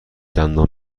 دندان